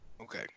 Okay